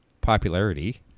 popularity